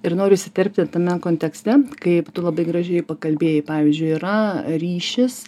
ir noriu įsiterpti tame kontekste kaip tu labai gražiai pakalbėjai pavyzdžiui yra ryšys